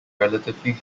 relatively